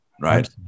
right